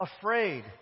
afraid